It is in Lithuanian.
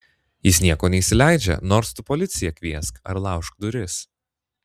jis nieko neįsileidžia nors tu policiją kviesk ar laužk duris